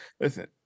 Listen